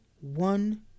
one